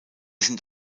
sind